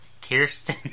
Kirsten